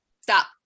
Stop